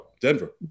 Denver